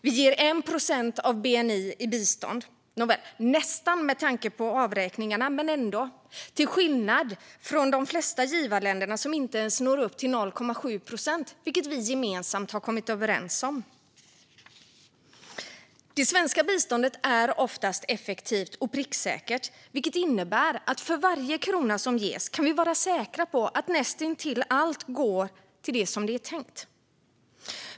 Vi ger 1 procent av bni i bistånd - nästan, med tanke på avräkningarna, men ändå - till skillnad från de flesta givarländerna, som inte ens når upp till 0,7 procent, vilket vi gemensamt har kommit överens om. Det svenska biståndet är oftast effektivt och pricksäkert, vilket innebär att vi för varje krona som ges kan vara säkra på att näst intill allt går till det som det är tänkt.